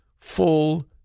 full